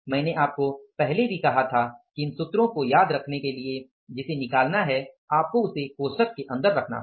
मैंने आपको पहले भी कहा था कि इन सूत्रों को याद करने के लिए जिसे निकालना है आपको उसे कोष्ठक के अंदर रखना होगा